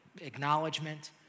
acknowledgement